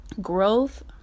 growth